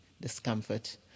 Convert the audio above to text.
discomfort